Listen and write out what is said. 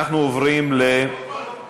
אנחנו עוברים להודעת